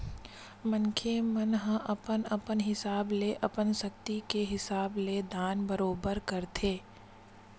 मनखे मन ह अपन अपन हिसाब ले अपन सक्ति के हिसाब ले दान बरोबर करथे